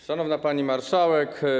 Szanowna Pani Marszałek!